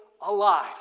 alive